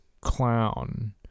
clown